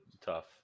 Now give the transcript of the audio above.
tough